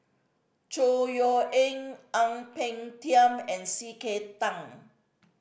Chor Yeok Eng Ang Peng Tiam and C K Tang